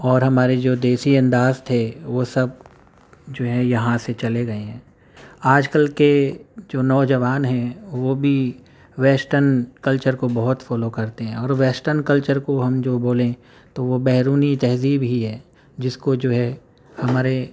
اور ہمارے جو دیسی انداز تھے وہ سب جو ہے یہاں سے چلے گیے ہیں آج کل کے جو نوجوان ہیں وہ بھی ویسٹرن کلچر کو بہت فالو کرتے ہیں اور ویسٹرن کلچر کو ہم جو بولیں تو وہ بیرونی تہذیب ہی ہے جس کو جو ہے ہمارے